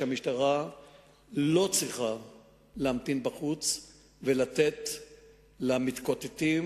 שהמשטרה לא צריכה להמתין בחוץ ולתת למתקוטטים,